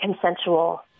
consensual